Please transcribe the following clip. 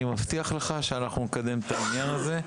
אני מבטיח לך שאנחנו נקדם את העניין הזה,